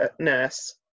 nurse